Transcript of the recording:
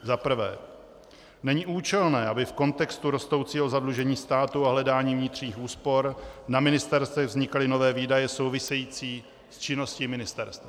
Za prvé, není účelné, aby v kontextu rostoucího zadlužení státu a hledání vnitřních úspor na ministerstvech vznikaly nové výdaje související s činností ministerstev.